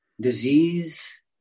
disease